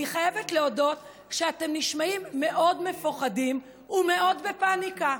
אני חייבת להודות שאתם נשמעים מאוד מפוחדים ומאוד בפניקה,